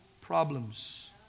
problems